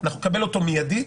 אלא נקבל אותו מיידית.